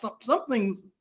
something's